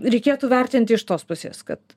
reikėtų vertinti iš tos pusės kad